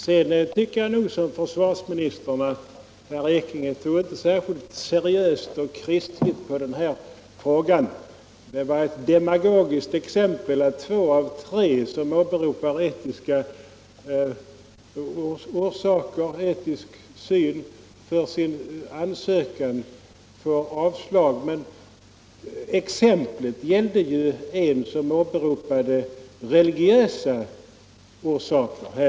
Jag tycker nog som försvarsministern att herr Ekinge inte tog särskilt seriöst och kristligt på den här frågan. Det var ett demagogiskt exempel som han tog när han talade om att två av tre som åberopar etiska orsaker för sin ansökan om vapenfri tjänst får avslag. Exemplet gällde ju en person som åberopade religiösa orsaker.